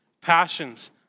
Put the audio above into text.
passions